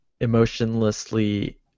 emotionlessly